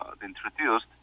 introduced